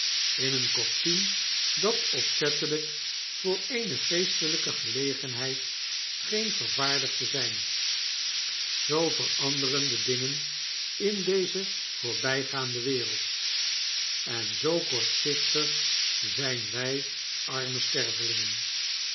in een kostuum dat opzettelijk voor eene feestelgke gelegenheid scheen vervaardigd te zgn zoo veranderen de dingenindeze voorbygaande wereld en zoo kortzichtig zgn wij arme